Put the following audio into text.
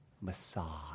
massage